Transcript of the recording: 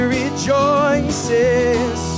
rejoices